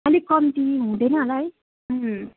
अलिक कम्ती हुँदैन होला है